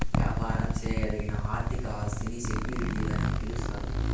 యాపారం చేయదగిన ఆర్థిక ఆస్తిని సెక్యూరిటీలని పిలిస్తారు